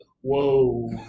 Whoa